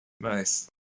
Nice